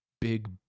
big